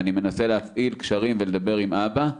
הוא מנסה להפעיל קשרים ולדבר עם אבא,